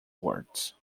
words